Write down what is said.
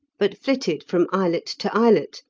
but flitted from islet to islet,